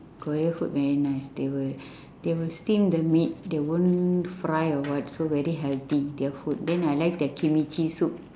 korea food very nice they will they will steam the meat they won't fry or what so very healthy their food then I like their kimchi soup